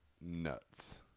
nuts